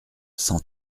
cent